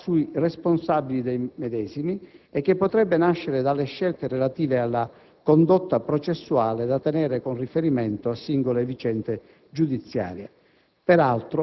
che grava sui responsabili dei medesimi e che potrebbe nascere dalle scelte relative alla condotta processuale da tenere con riferimento a singole vicende giudiziarie.